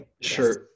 Sure